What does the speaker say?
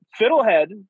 fiddlehead